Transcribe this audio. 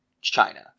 China